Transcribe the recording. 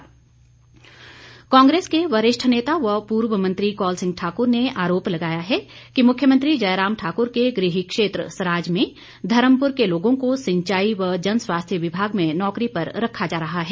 कौल सिंह कांग्रेस के वरिष्ठ नेता व पूर्व मंत्री कौल सिंह ठाकुर ने आरोप लगाया है कि मुख्यमंत्री जयराम ठाकुर के गृह क्षेत्र सराज में धर्मपुर के लोगों को सिंचाई व जनस्वास्थ्य विभाग में नौकरी पर रखा जा रहा है